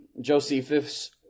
Josephus